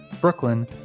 Brooklyn